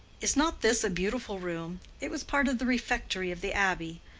is not this a beautiful room? it was part of the refectory of the abbey.